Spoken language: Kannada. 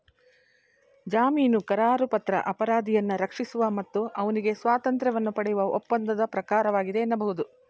ಜಾಮೀನುಕರಾರುಪತ್ರ ಅಪರಾಧಿಯನ್ನ ರಕ್ಷಿಸುವ ಮತ್ತು ಅವ್ನಿಗೆ ಸ್ವಾತಂತ್ರ್ಯವನ್ನ ಪಡೆಯುವ ಒಪ್ಪಂದದ ಪ್ರಕಾರವಾಗಿದೆ ಎನ್ನಬಹುದು